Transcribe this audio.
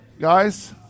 guys